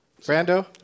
Brando